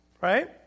Right